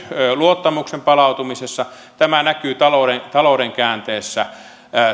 luottamuksen palautumisessa tämä näkyy talouden talouden käänteessä ja